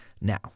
Now